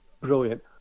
Brilliant